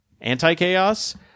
anti-chaos